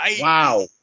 Wow